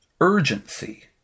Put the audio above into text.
urgency